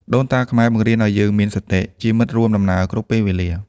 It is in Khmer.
ដូនតាខ្មែរបង្រៀនឱ្យយើងមាន «សតិ» ជាមិត្តរួមដំណើរគ្រប់ពេលវេលា។